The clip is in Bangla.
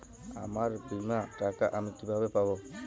আমার বীমার টাকা আমি কিভাবে পাবো?